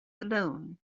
alone